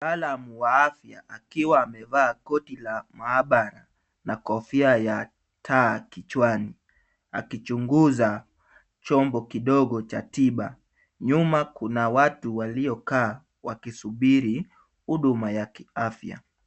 Mtaalamu wa afya akiwa amevaa koti la maabara na kofia ya taa kichwani, akichunguza chombo kidogo cha tiba. Nyuma kuna watu waliokaa wakisubiri huduma ya kiafya.